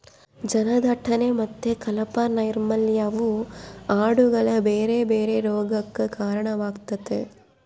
ಜನದಟ್ಟಣೆ ಮತ್ತೆ ಕಳಪೆ ನೈರ್ಮಲ್ಯವು ಆಡುಗಳ ಬೇರೆ ಬೇರೆ ರೋಗಗಕ್ಕ ಕಾರಣವಾಗ್ತತೆ